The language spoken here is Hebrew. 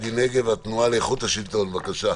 מהתנועה לאיכות השלטון, בבקשה.